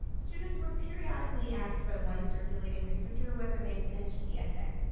students were periodically asked by one circulating researcher, whether they had finished the essay.